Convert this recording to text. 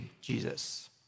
Jesus